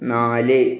നാല്